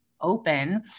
open